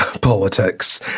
politics